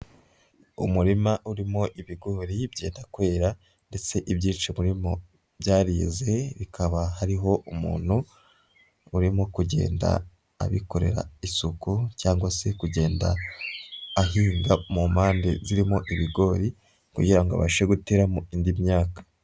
Umurima urimo ibigori byenda kwera ndetse ibyinshi muri mo byareze bikaba hariho umuntu urimo kugenda abikorera isuku, cyangwa se kugenda ahinga mu mpande zirimo ibigori kugirango abashe guteramo indi myaka.